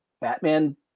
Batman